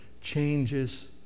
changes